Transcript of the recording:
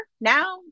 now